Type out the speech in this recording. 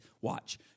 Watch